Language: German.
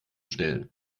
stellen